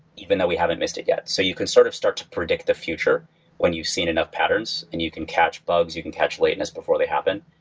even though we haven't missed it yet. so you can sort of start to predict the future when you've seen enough patterns and you can catch bugs, you can catch lateness before they happen.